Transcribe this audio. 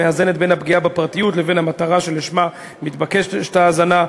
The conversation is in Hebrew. המאזנת בין הפגיעה בפרטיות לבין המטרה שלשמה מתבקשת ההאזנה,